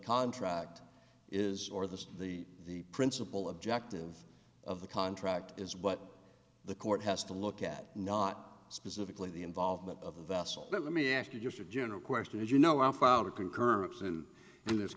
contract is or the the the principal objective of the contract is what the court has to look at not specifically the involvement of the vessel let me ask you just a general question as you know well founded concurrence in this